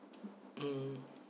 mm